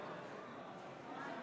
בעד מאזן